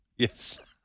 Yes